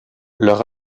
leur